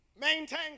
Maintain